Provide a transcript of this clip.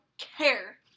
care